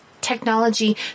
technology